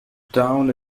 town